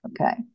okay